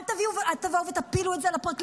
אל תבואו ותפילו את זה על הפרקליטות.